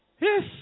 Yes